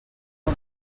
del